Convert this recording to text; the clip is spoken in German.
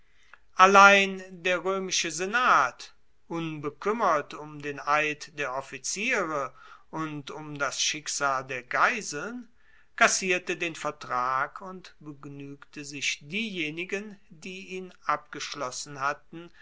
allein der roemische senat unbekuemmert um den eid der offiziere und um das schicksal der geiseln kassierte den vertrag und begnuegte sich diejenigen die ihn abgeschlossen hatten